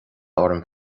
orm